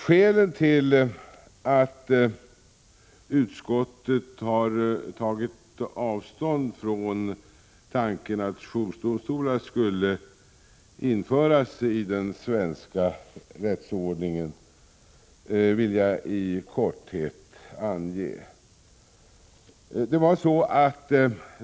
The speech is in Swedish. Skälet till att utskottet har tagit avstånd från tanken på att jourdomstolar skulle inrättas i den svenska rättsordningen vill jag i korthet ange.